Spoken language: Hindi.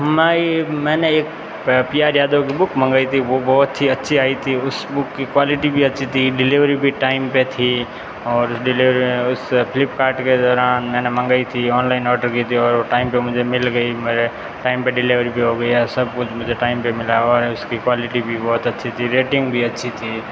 माय मैंने एक पी आर यादव की बुक मंगाई थी वो बहुत ही अच्छी आई थी उस बुक की क्वालिटी भी अच्छी थी डिलिवरी भी टाइम पर थी और डिलिवरी उस फ्लिपकार्ट के दौरान मैने मंगाई थी ऑनलाइन ओडर की थी और वो टाइम पर मुझे मिल गई मेरे टाइम पर डिलिवरी भी हो गया सब कुछ मुझे टाइम पर मिला और उस की क्वालिटी भी बहुत अच्छी थी रेटिंग भी अच्छी थी